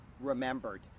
remembered